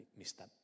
mistä